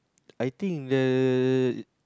I think the